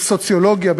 בסוציולוגיה,